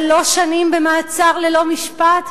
שלוש שנים במעצר ללא משפט?